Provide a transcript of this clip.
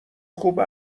خوب